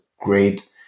great